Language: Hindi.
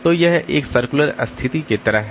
तो यह एक सर्कुलर स्थिति की तरह है